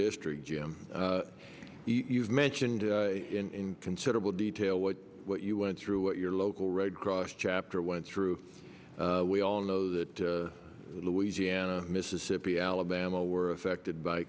district jim you've mentioned in considerable detail what what you went through what your local red cross chapter went through we all know that louisiana mississippi alabama were affected by